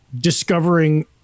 discovering